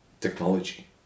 Technology